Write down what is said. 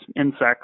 insects